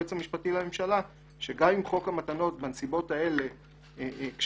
היועץ המשפטי לממשלה שגם אם חוק המתנות בנסיבות האלה לא חל,